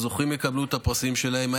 הזוכים יקבלו את הפרסים שלהם.